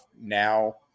now